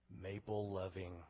maple-loving